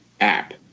app